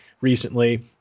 recently